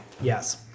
Yes